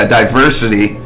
diversity